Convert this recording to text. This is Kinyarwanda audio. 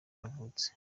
yavutse